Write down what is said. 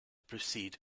precede